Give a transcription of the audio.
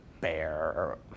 bear